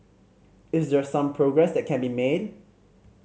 is there some progress that can be made